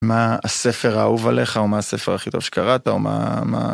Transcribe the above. מה הספר האהוב עליך, או מה הספר הכי טוב שקראת, או מה...